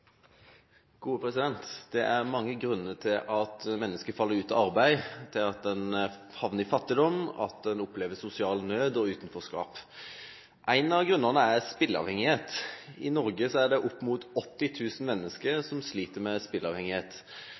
mange grunner til at mennesker faller ut av arbeid, havner i fattigdom og opplever sosial nød og utenforskap. En av grunnene er spilleavhengighet. I Norge er det opp mot 80 000 mennesker som sliter med